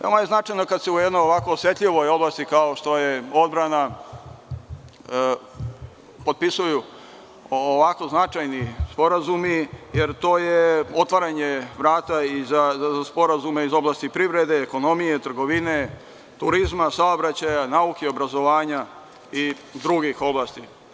Veoma je značajno kada se u jednoj ovako osetljivoj oblasti kao što je odbrana potpisuju ovako značajni sporazumi, jer to je otvaranje vrata za sporazume iz oblasti privrede, ekonomije, trgovine, turizma, saobraćaja, nauke, obrazovanja i drugih oblasti.